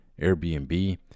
Airbnb